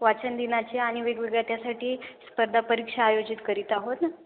वाचनदिनाचे आणि वेगवेगळ्या त्यासाठी स्पर्धा परीक्षा आयोजित करीत आहोत ना